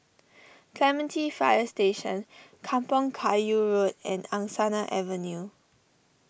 Clementi Fire Station Kampong Kayu Road and Angsana Avenue